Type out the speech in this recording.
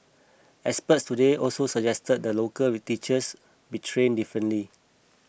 experts today also suggested that local teachers be trained differently